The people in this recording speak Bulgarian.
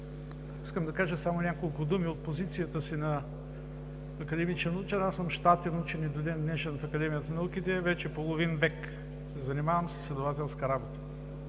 Искам да кажа само няколко думи от позицията си на академичен учен – аз съм щатен учен и до ден днешен в Академията на науките – вече половин век се занимавам с изследователска работа.